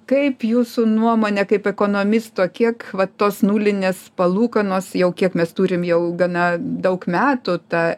kaip jūsų nuomone kaip ekonomisto kiek va tos nulinės palūkanos jau kiek mes turime jau gana daug metų ta